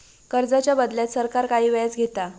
कर्जाच्या बदल्यात सरकार काही व्याज घेता